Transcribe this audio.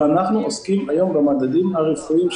אנחנו עוסקים היום במדדים הרפואיים שלהם.